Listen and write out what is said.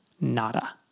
Nada